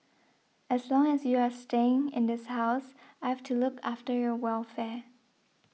as long as you are staying in this house I've to look after your welfare